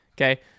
Okay